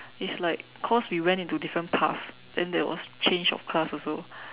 it's like cause we went into different path then there was change of class also